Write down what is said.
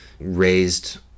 raised